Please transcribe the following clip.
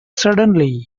suddenly